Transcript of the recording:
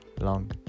long